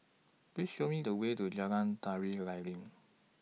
Please Show Me The Way to Jalan Tari Lilin